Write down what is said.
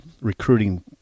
recruiting